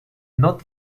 not